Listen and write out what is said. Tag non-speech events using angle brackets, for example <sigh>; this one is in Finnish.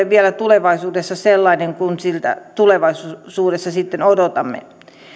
<unintelligible> vielä ole tulevaisuudessa sellainen kuin siltä tulevaisuudessa sitten odotamme